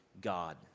God